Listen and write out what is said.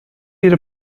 ihre